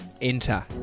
enter